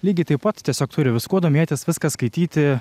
lygiai taip pat tiesiog turi viskuo domėtis viską skaityti